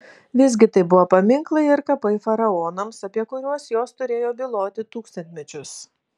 visgi tai buvo paminklai ir kapai faraonams apie kuriuos jos turėjo byloti tūkstantmečius